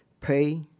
Pay